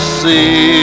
see